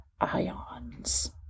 ions